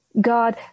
God